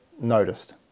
noticed